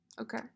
Okay